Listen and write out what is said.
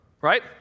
Right